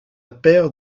paire